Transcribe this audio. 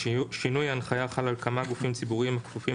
"(ג)שינוי ההנחיה חל על כמה גופים ציבוריים הכפופים